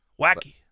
Wacky